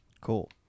cool